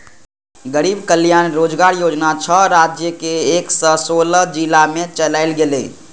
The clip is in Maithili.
गरीब कल्याण रोजगार योजना छह राज्यक एक सय सोलह जिला मे चलायल गेलै